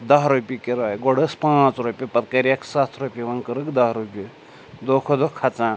دَہ رۄپیہِ کِراے گۄڈٕ ٲس پانٛژھ رۄپیہِ پَتہٕ کَریکھ سَتھ رۄپیہِ وۄنۍ کٔرٕکھ دٔہ رۄپیہِ دۄہ کھۄتہٕ دۄہ کھَژان